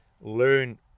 learn